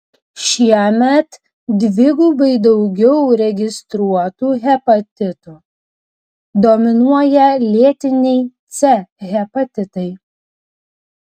šiemet dvigubai daugiau registruotų hepatitų dominuoja lėtiniai c hepatitai